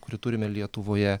kurį turime lietuvoje